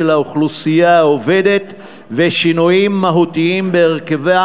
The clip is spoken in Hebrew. האוכלוסייה העובדת ושינויים מהותיים בהרכבה,